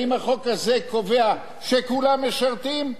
האם החוק הזה קובע שכולם משרתים?